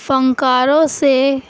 فنکاروں سے